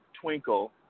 Twinkle